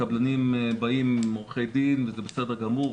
הקבלנים באים עם עורכי דין וזה בסדר גמור,